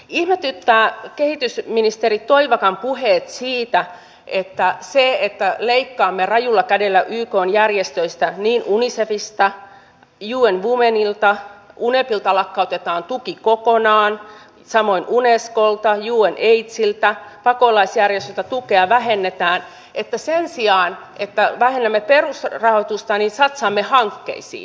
ihmetyttää kehitysministeri toivakan puheet siitä kun leikkaamme rajulla kädellä ykn järjestöistä unicefista un womenilta unepilta lakkautetaan tuki kokonaan samoin unescolta unaidsilta pakolaisjärjestöiltä tukea vähennetään että sen sijaan että vähennämme perusrahoitusta satsaamme hankkeisiin